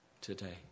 today